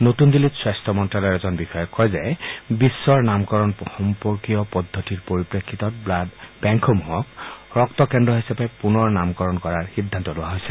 নতুন দিল্লীত স্বাস্থ্য মন্ত্ৰ্যালয়ৰ এজন বিষয়াই কয় যে বিশ্বৰ নামকৰণ সম্বন্ধীয় পদ্ধতিৰ পৰিপ্ৰেক্ষিতত বুৱাড বেংকসমূহক ৰক্তকেন্দ্ৰ হিচাপে পুনৰ নামকৰণ কৰাৰ সিদ্ধান্ত লোৱা হৈছে